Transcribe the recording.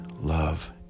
love